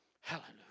Hallelujah